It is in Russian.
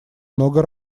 много